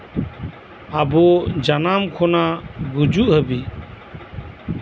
ᱟᱵᱚ ᱡᱟᱱᱟᱢ ᱠᱷᱚᱱᱟᱜ ᱜᱩᱡᱩᱜ ᱦᱟᱹᱵᱤᱡ